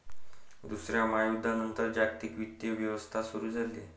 दुसऱ्या महायुद्धानंतर जागतिक वित्तीय व्यवस्था सुरू झाली